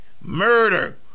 murder